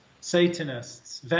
Satanists